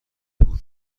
بود